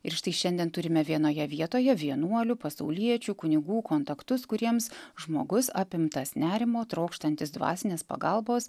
ir štai šiandien turime vienoje vietoje vienuolių pasauliečių kunigų kontaktus kuriems žmogus apimtas nerimo trokštantis dvasinės pagalbos